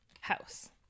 House